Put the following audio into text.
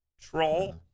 troll